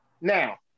Now